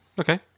Okay